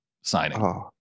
signing